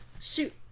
shoot